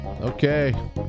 Okay